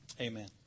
amen